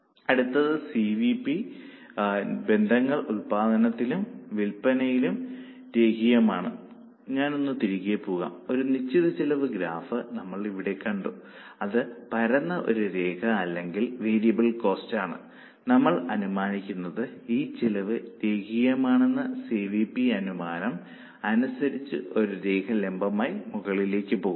അടുത്തത് C V P ബന്ധങ്ങൾ ഉൽപ്പാദനത്തിലും വിൽപ്പനയിലും രേഖീയമാണ് ഞാനൊന്ന് തിരികെ പോകാം ഒരു നിശ്ചിത ചെലവ് ഗ്രാഫ് നമ്മൾ ഇവിടെ കണ്ടു അത് പരന്ന ഒരു രേഖ അല്ലെങ്കിൽ വേരിയബിൾ കോസ്റ്റായാണ് നമ്മൾ അനുമാനിക്കുന്നത് ഈ ചെലവ് രേഖീയമാണെന്ന സി വി പി അനുമാനം അനുസരിച്ച് ഒരു രേഖ ലംബമായി മുകളിലേക്ക് പോകുന്നു